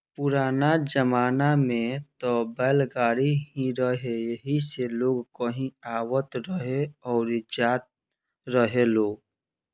पुराना जमाना में त बैलगाड़ी ही रहे एही से लोग कहीं आवत रहे अउरी जात रहेलो